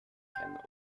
africaine